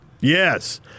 Yes